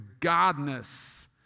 godness